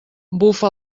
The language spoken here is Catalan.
bufa